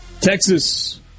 Texas